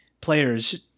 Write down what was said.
players